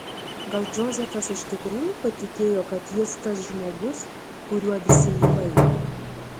gal džozefas iš tikrųjų patikėjo kad jis tas žmogus kuriuo visi jį laiko